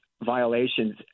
violations